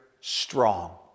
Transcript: strong